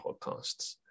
podcasts